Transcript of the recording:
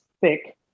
thick